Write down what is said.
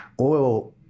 oil